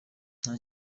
nta